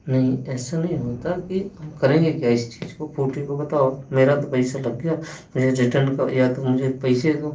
नहीं ऐसा नहीं होता कि हम करेंगे क्या इस चीज़ को फूटे को बताओ मेरा तो पैसा लग गया मैं यह रिटन या तो मेरे पैसे दो